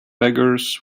beggars